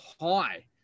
high